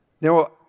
Now